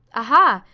aha!